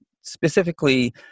specifically